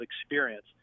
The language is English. experience